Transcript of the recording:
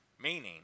meaning